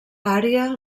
àrea